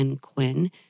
Quinn